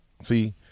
See